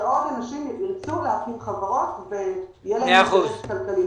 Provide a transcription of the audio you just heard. שעוד אנשים ירצו להקים חברות ויהיה להם אינטרס כלכלי.